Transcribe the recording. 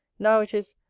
now it is,